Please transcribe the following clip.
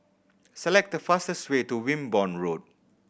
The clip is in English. select the fastest way to Wimborne Road